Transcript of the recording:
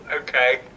okay